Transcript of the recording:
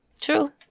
true